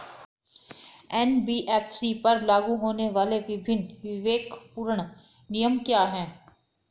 NBFC पर लागू होने वाले विभिन्न विवेकपूर्ण नियम क्या हैं?